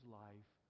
life